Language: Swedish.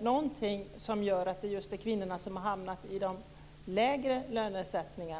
någonting som gör att det är just kvinnorna som har hamnat i de lägre löneklasserna.